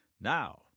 Now